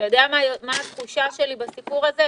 אתה יודע מה התחושה שלי בסיפור הזה?